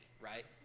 right